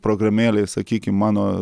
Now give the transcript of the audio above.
programėlei sakykim mano